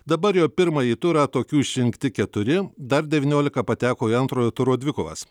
dabar jau pirmąjį turą tokių išrinkti keturi dar devyniolika pateko į antrojo turo dvikovas